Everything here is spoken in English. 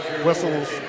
Whistles